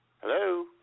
Hello